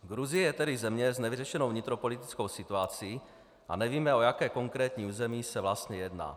Gruzie je tedy země s nevyřešenou vnitropolitickou situací a nevíme, o jaké konkrétní území se vlastně jedná.